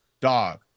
dog